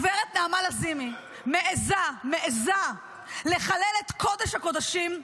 הגברת נעמה לזימי מעזה לחלל את קודש הקודשים,